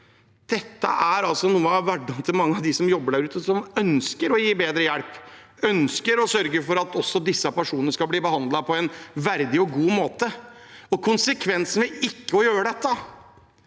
Dette er hverdagen til mange av dem som jobber der ute, og som ønsker å gi bedre hjelp, som ønsker å sørge for at også disse personene skal bli behandlet på en verdig og god måte. Konsekvensen ved ikke å gjøre dette